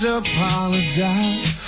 apologize